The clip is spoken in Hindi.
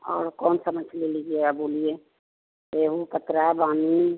और कौन सा मछली लीजिएगा बोलिए रेहू कतरा बानी